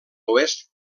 oest